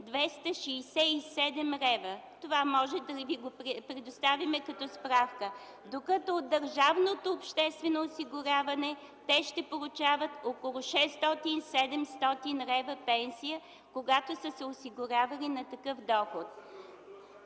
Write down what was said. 267 лв. Можем да ви предоставим това като справка. Докато от държавното обществено осигуряване те ще получават около 600-700 лв. пенсия, когато са се осигурявали на такъв доход.